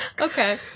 okay